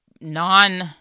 non